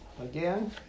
Again